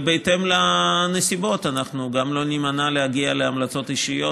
ובהתאם לנסיבות אנחנו גם לא נימנע מלהגיע להמלצות אישיות,